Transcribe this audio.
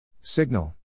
Signal